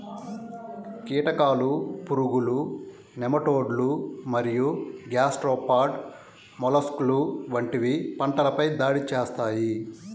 కీటకాలు, పురుగులు, నెమటోడ్లు మరియు గ్యాస్ట్రోపాడ్ మొలస్క్లు వంటివి పంటలపై దాడి చేస్తాయి